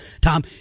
Tom